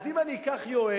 אז אם אני אקח יועץ